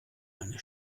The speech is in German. eine